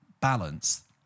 balance